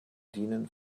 dienen